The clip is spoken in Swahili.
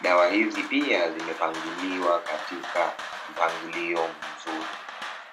dawa hizi pia zimepangiliwa katika mpangilio mzuri.